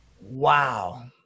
wow